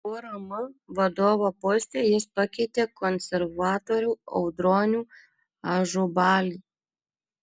urm vadovo poste jis pakeitė konservatorių audronių ažubalį